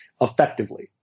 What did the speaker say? effectively